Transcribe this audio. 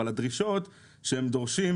אבל הדרישות שהם דורשים,